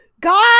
God